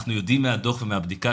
אנחנו יודעים מהדוח ומהבדיקה,